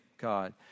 God